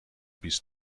bis